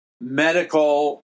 medical